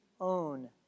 own